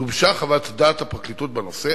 גובשה חוות דעת הפרקליטות בנושא,